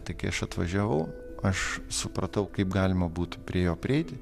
tai kai aš atvažiavau aš supratau kaip galima būtų prie jo prieiti